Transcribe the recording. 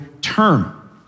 term